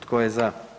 Tko je za?